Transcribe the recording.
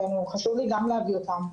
וחשוב לי גם להביא אותם.